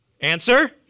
Answer